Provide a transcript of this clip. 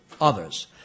others